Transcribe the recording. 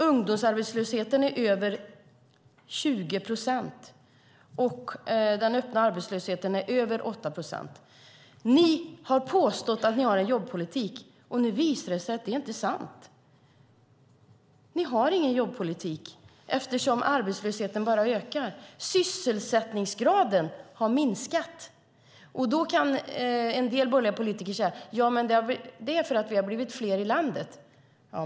Ungdomsarbetslösheten är över 20 procent. Den öppna arbetslösheten är över 8 procent. Ni har påstått att ni har en jobbpolitik, men nu visar det sig att det inte är sant. Ni har ingen jobbpolitik eftersom arbetslösheten bara ökar. Sysselsättningsgraden har minskat. En del borgerliga politiker säger att det är för att vi har blivit fler i landet.